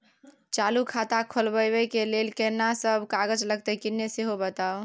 चालू खाता खोलवैबे के लेल केना सब कागज लगतै किन्ने सेहो बताऊ?